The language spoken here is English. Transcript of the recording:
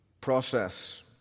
process